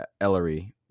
Ellery